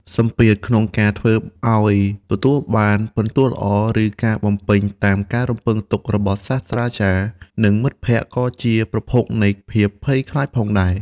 សម្ពាធក្នុងការធ្វើឱ្យទទួលបានពិន្ទុល្អ ឬការបំពេញតាមការរំពឹងទុករបស់សាស្រ្តាចារ្យ និងមិត្តភក្តិក៏ជាប្រភពនៃភាពភ័យខ្លាចផងដែរ។